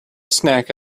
snack